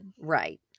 right